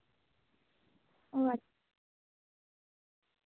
ᱚ ᱟᱪᱪᱷᱟ